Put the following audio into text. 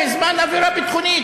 בזמן אווירה ביטחונית,